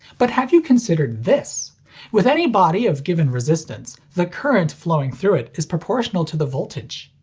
but have you considered this with any body of given resistance, the current flowing through it is proportional to the voltage.